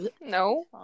No